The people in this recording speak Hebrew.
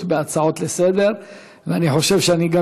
אנחנו לא רוצים להעמיס על הצבא דברים ואנחנו לא רוצים שיגורו